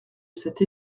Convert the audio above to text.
cette